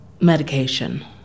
Medication